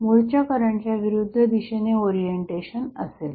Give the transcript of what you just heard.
मूळच्या करंटच्या विरुद्ध दिशेने ओरिएंटेशन असेल